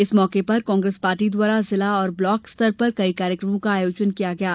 इस मौके पर कांग्रेस पार्टी द्वारा जिला और ब्लाक स्तर पर कई कार्यक्रमों का आयोजन किये गये